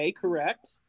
correct